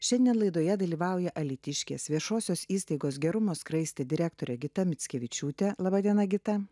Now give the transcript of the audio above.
šiandien laidoje dalyvauja alytiškės viešosios įstaigos gerumo skraistė direktorė gita mickevičiūtė laba diena kita